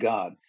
God